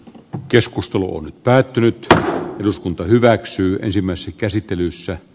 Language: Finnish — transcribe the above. on keskusteluun päättynyt eduskunta hyväksyy ensimmäisessä käsittelyssä